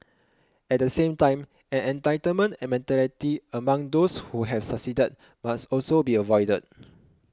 at the same time an entitlement mentality among those who have succeeded must also be avoided